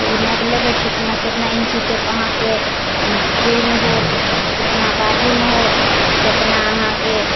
ओ नापि लेबै कतना कतना इञ्ची टेप अहाँके देहमे हैत कतना बाजूमे हैत कतना अहाँके